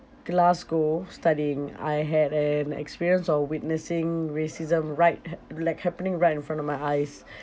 glasgow studying I had an experience of witnessing racism right ha~ like happening right in front of my eyes